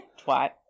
twat